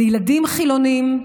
לילדים חילונים,